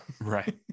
right